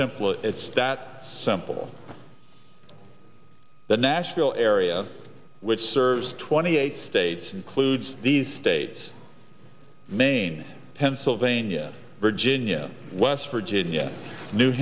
simple it's that simple the nashville area which serves twenty eight states includes the states maine pennsylvania virginia west virginia new